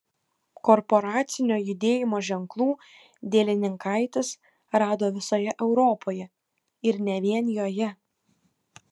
korporacinio judėjimo ženklų dielininkaitis rado visoje europoje ir ne vien joje